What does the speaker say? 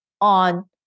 on